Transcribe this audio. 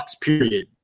period